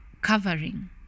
covering